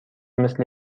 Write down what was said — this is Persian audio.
مثل